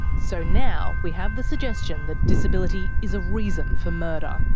so now we have the suggestion that disability is a reason for murder.